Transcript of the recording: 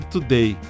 Today